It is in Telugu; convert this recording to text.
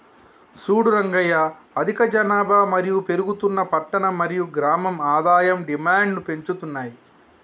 సూడు రంగయ్య అధిక జనాభా మరియు పెరుగుతున్న పట్టణ మరియు గ్రామం ఆదాయం డిమాండ్ను పెంచుతున్నాయి